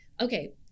Okay